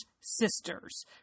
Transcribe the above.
sisters